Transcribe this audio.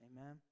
Amen